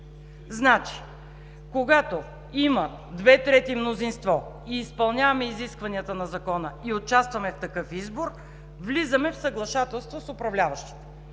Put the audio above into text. ВСС. Когато има две трети мнозинство и изпълняваме изискванията на Закона, участваме в такъв избор и влизаме в съглашателство с управляващите.